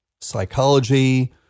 psychology